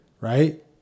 Right